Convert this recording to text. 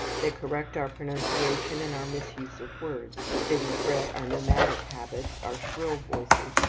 they correct our pronunciation and our misuse of words. they regret our nomadic habits, our shrill voices,